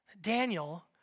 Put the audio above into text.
Daniel